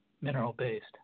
mineral-based